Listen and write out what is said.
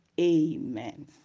Amen